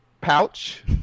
pouch